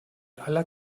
aller